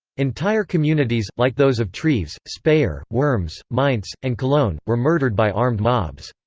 entire communities, like those of treves, speyer, worms, mainz, and cologne, were murdered by armed mobs.